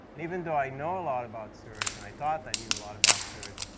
and even though i know a lot about search, and i thought i knew a lot about search,